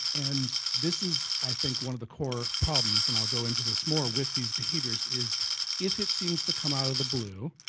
and this is i think one of the core problems and i will go into this more with these behaviors if if it seems to come out of the blue,